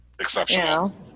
exceptional